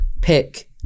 pick